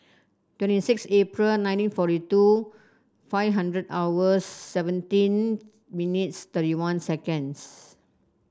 twenty six April nineteen forty two five hundred hours seventeen millions thirty one seconds